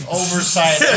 oversight